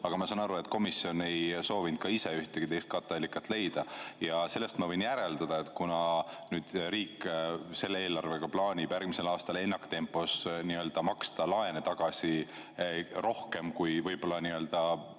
Aga ma saan aru, et komisjon ei soovinud ka ise ühtegi teist katteallikat leida. Sellest ma võin järeldada, et kuna nüüd riik selle eelarvega plaanib järgmisel aastal ennaktempos maksta laene tagasi rohkem, kui võib-olla peaks,